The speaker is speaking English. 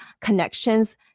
connections